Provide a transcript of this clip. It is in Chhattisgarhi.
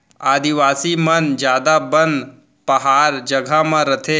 आदिवासी मन जादा बन पहार जघा म रथें